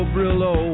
Brillo